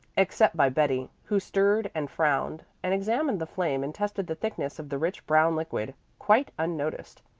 except by betty, who stirred and frowned, and examined the flame and tested the thickness of the rich brown liquid, quite unnoticed.